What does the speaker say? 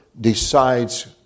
decides